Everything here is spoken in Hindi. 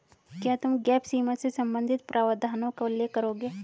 क्या तुम गैप सीमा से संबंधित प्रावधानों का उल्लेख करोगे?